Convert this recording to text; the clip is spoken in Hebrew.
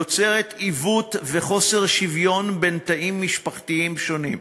יוצרת עיוות וחוסר שוויון בין תאים משפחתיים שונים.